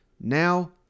Now